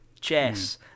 chess